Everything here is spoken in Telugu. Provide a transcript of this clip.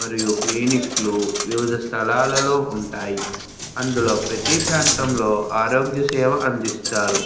మరియు క్లినిక్లు వివిధ స్థలాలలో ఉంటాయి అందులో ప్రతీ ప్రాంతంలో ఆరోగ్య సేవ అందిస్తారు